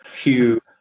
Hugh